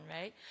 right